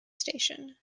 station